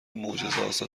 معجزهآسا